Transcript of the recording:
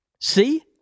see